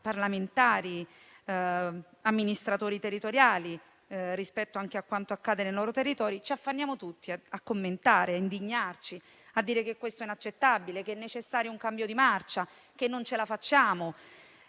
parlamentari e amministratori territoriali rispetto a quanto accade nei loro territori - a commentare e a indignarsi, a dire che è accettabile, che è necessario un cambio di marcia, che non ce la facciamo.